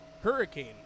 hurricane